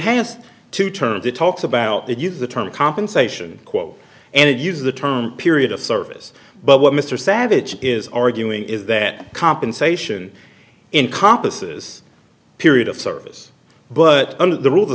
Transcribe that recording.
has to turn to talks about the use the term compensation quote and use the term period of service but what mr savage is arguing is that compensation in compas is a period of service but under the rule